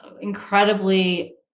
incredibly